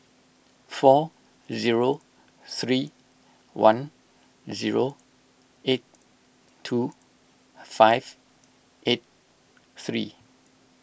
four zero three one zero eight two five eight three